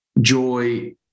joy